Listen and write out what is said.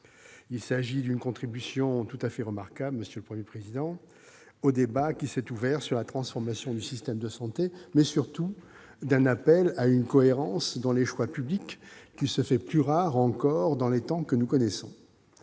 président, d'une contribution tout à fait remarquable au débat qui s'est ouvert sur la transformation du système de santé, mais surtout d'un appel à une cohérence dans les choix publics qui se fait plus rare encore dans les temps que nous connaissons.